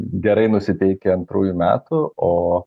gerai nusiteikę antrųjų metų o